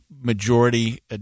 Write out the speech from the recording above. majority